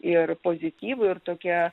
ir pozityvų ir tokią